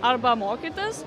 arba mokytis